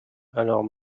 alors